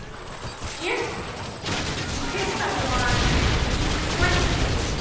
if you pick someone and it seems crazy,